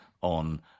on